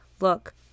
look